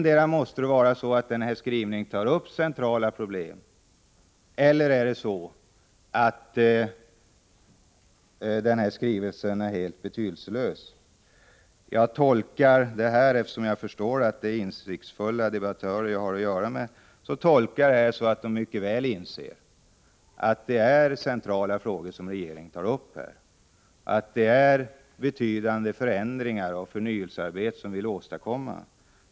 Det måste vara så, att det antingen tas upp centrala problem i denna skrivelse eller också är skrivelsen helt betydelselös. Eftersom jag förstår att det är insiktsfulla debattörer jag har att göra med, tolkar jag detta så, att de mycket väl inser att det är centrala frågor som regeringen här tar upp, att det är betydande förändringar och förnyelsearbete som regeringen vill åstadkomma.